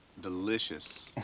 delicious